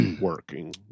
Working